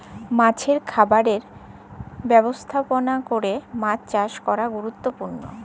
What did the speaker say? মাছের খামারের ব্যবস্থাপলা ক্যরে মাছ চাষ ক্যরা গুরুত্তপুর্ল